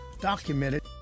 documented